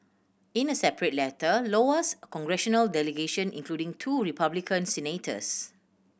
in a separate letter Iowa's congressional delegation including two Republican senators